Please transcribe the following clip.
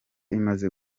imaze